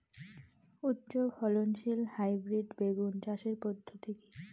উচ্চ ফলনশীল হাইব্রিড বেগুন চাষের পদ্ধতি কী?